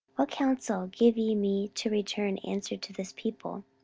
what counsel give ye me to return answer to this people?